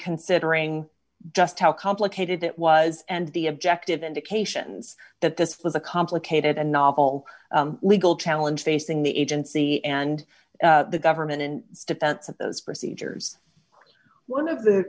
considering just how complicated it was and the objective indications that this was a complicated and novel legal challenge facing the agency and the government in its defense of those procedures one of the